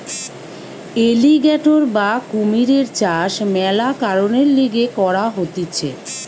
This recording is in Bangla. এলিগ্যাটোর বা কুমিরের চাষ মেলা কারণের লিগে করা হতিছে